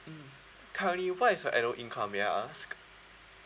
mm currently what is your annual income may I ask